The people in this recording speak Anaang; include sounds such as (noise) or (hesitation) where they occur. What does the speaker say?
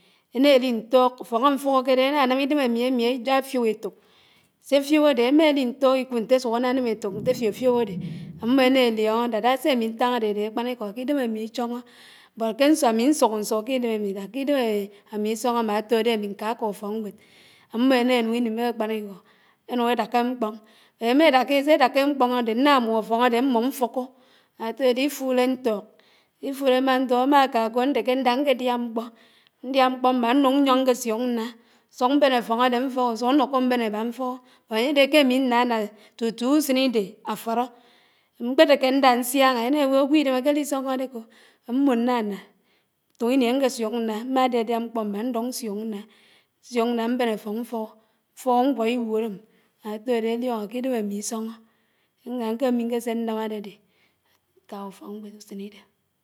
éná éli ñtók, áffóń áfúkódé áná ánám idém ámi ámi áfiób étók, séfiób ádé ámá éli ñtók ikúd ñté ásúk ánánám étók ñte fiofiób ádé, ámmó énálióñó dát ásémi ñtáñ ádé ádé ákpánikó k'idém ámi ichóñó, but ámi ñsúkó ṇsú k'idém ámi dát k'idém ámi ísónó mán átódé åmi ǹkáká úfókñgwéd, émó éná énúñ ínim ákpánikó, énúñ édáká émkpóñ, (hesitation) sé édáká émkpóñ ádé ñná múm áffóñ ádé mmúm mfūkó átódó ifúd ánfúk, ifúd ámá ánfúk, ámá kákó ńdéké ñdá nkédiá mkpó, ñdiá mkpó mmá ŉnúñ ñyóñ ñké siúk ŉná, úsúk mbén áffóń ádé mfúhó, úsúk ánúkú mbén ábá mfúhó, bót ányédé ké ámi ńnaná tútú úsén idé áfúró, mkpé dékéndá ñsiáñá éná éwó ágwó idé ákéli isónó ádékó?, ámmó ñnáná, éfók ini áñké siúk ñná, mmá diádiá mkpó mmá ŉdúk ŉsiúk ñná, ñsiúk ñná mbén áffóǹ mfúhó, mfúhó ñgwó iwúódm átódé élióñó k'idém ámi isóñó (unintelligible) ké ámi ñkésé ñnán ádédé, ñká úfókñgwéd úsénidé.